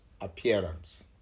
appearance